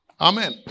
Amen